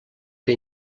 que